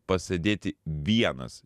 pasėdėti vienas